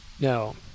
No